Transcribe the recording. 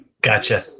Gotcha